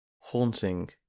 haunting